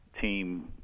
team